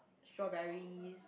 strawberries